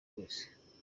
wese